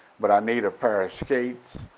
but i need a pair of skates,